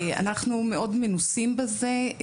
אנחנו מאוד מנוסים בזה.